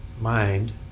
mind